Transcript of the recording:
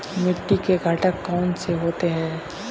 मिट्टी के घटक कौन से होते हैं?